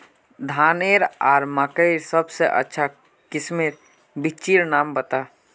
धानेर आर मकई सबसे अच्छा किस्मेर बिच्चिर नाम बता?